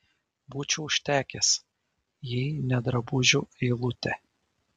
būčiau užtekęs jei ne drabužių eilutė